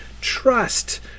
Trust